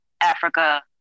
Africa